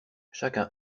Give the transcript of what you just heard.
chacun